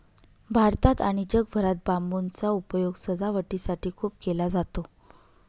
भारतात आणि जगभरात बांबूचा उपयोग सजावटीसाठी खूप केला जातो